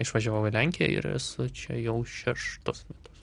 išvažiavau į lenkiją ir esu čia jau šeštus metus